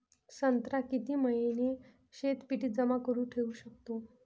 संत्रा किती महिने शीतपेटीत जमा करुन ठेऊ शकतो?